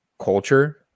culture